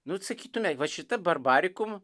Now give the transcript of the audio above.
nu sakytumei va šita barbarikum